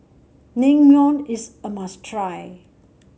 Naengmyeon is a must try